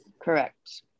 Correct